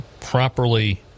properly